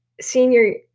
senior